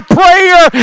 prayer